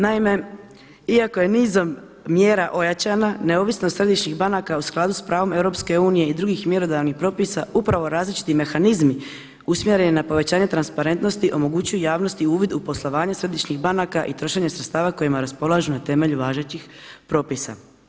Naime, iako je nizom mjera ojačana neovisnost središnjih banaka u skladu sa pravom EU i drugih mjerodavnih propisa upravo različiti mehanizmi usmjereni na povećanje transparentnosti omogućuju javnosti uvid u poslovanje središnjih banaka i trošenje sredstava kojima raspolažu na temelju važećih propisa.